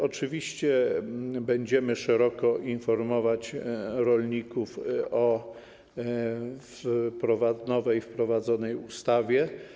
Oczywiście będziemy szeroko informować rolników o nowej, wprowadzonej ustawie.